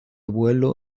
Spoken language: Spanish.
vuelo